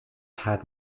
had